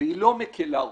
והיא לא מקילה ראש.